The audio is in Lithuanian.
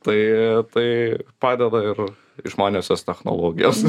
tai tai padeda ir išmaniosios technologijos